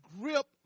grip